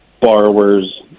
borrowers